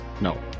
No